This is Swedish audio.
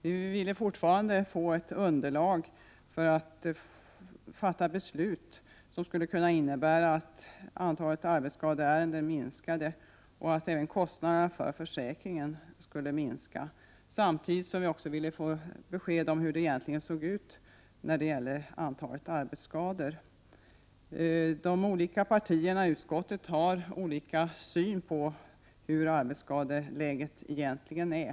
Vi ville fortfarande få ett underlag för att fatta beslut som skulle kunna leda till att antalet arbetsskadeärenden minskade och att även kostnaderna för försäkringen minskade. Samtidigt ville vi få besked om det egentliga antalet arbetsskador. De olika partierna i utskottet har olika syn på hur arbetsskadeläget egentligen är.